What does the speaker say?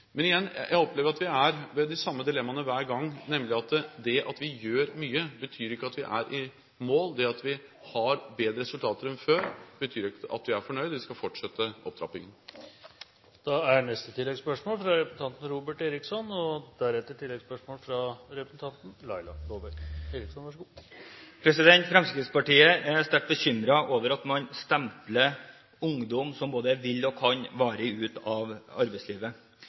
Men igjen – jeg opplever at vi er ved de samme dilemmaene hver gang, nemlig at det at vi gjør mye, betyr ikke at vi er i mål, det at vi har bedre resultater enn før, betyr ikke at vi er fornøyde. Vi skal fortsette opptrappingen. Robert Eriksson – til oppfølgingsspørsmål. Fremskrittspartiet er sterkt bekymret over at man stempler ungdom som både vil og kan, varig ut av arbeidslivet.